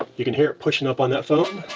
um you can hear it pushing up on that foam.